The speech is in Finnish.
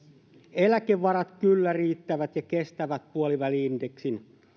eläkevarat kyllä riittävät ja kestävät puoliväli indeksin